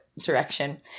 direction